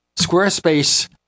Squarespace